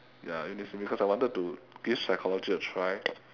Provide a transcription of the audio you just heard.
ya it's basically because I wanted to give psychology a try